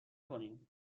کنیم